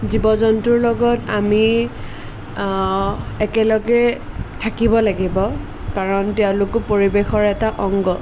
জীৱ জন্তুৰ লগত আমি একেলগে থাকিব লাগিব কাৰণ তেওঁলোকো পৰিৱেশৰ এটা অংগ